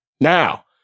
Now